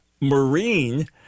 Marine